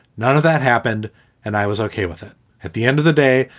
none of that happened and i was ok with it at the end of the day.